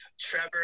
trevor